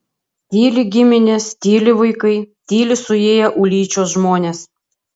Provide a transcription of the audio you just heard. tyli giminės tyli vaikai tyli suėję ulyčios žmonės